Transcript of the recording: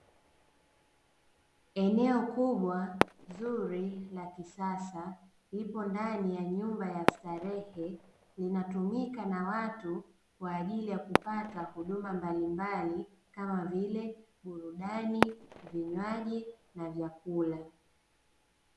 Eneo kubwa zuri la kisasa, lipo ndani ya nyumba ya starehe, linatumika na watu kwa ajili ya kupata huduma mbalimbali, kama vile; burudani, vinywaji na vyakula.